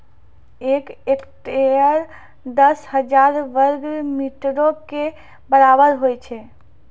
एक हेक्टेयर, दस हजार वर्ग मीटरो के बराबर होय छै